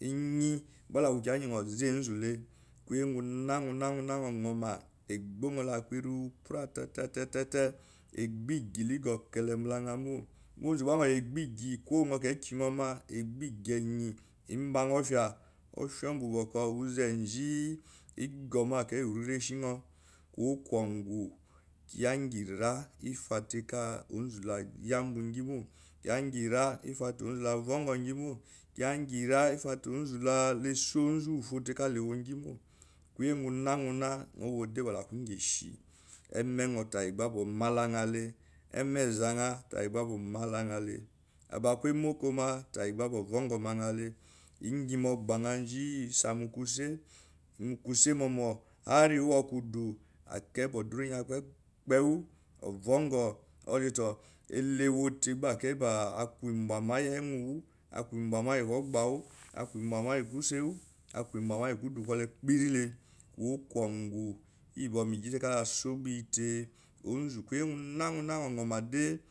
inyi gba la ku kiya enzu lu vongou mayan kuye ngo nana nyo nyuma egbo nyo la kurow preteite egbo igile gu kelembulanyamo gbanyo iye egbo igi ko nyp kieki nyo ma egbo igi mba anya offiá ba uzeji egon mo akai orirashi nyo ku wokangou kiya ngi ira efa teikala onzu lá yambo ngimo kiya ira ifa tei on zule yambongi mo kiya mgi ira onzu la vongou ngimo kiya ifate onzu la so onzu wufo te kala wo ngi koyengnana nyo wo de kala aku ngi eshi ememi nyo tai gba ba a malanya le emenza nya tai gba ba omalenga le aba aku emoko ma tai gba ba ovongou mayan le ngi mo gbayan nji esamuquse muque monon har iwokudu akai odury an kpepewo ovongou orto tó ele ewote gba akai báá aku inbama iyi nóó wu aku embama iyi kogba wu aku imbama iyi kusewu aku mbama iyi kudu kole kperile kowo kongou ukpo iyi boko me gite káá some tei onzu koyi ngonana nyo made wo iyeshi mukudu kole.